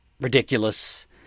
ridiculous